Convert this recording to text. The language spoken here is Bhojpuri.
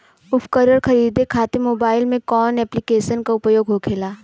उपकरण खरीदे खाते मोबाइल में कौन ऐप्लिकेशन का उपयोग होखेला?